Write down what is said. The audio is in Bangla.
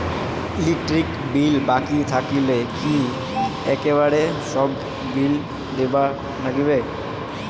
ইলেকট্রিক বিল বাকি থাকিলে কি একেবারে সব বিলে দিবার নাগিবে?